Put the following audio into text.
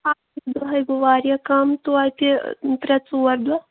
اَکھ دۅہ ہَے گوٚو واریاہ کَم توٚتہِ ترٛےٚ ژور دۅہ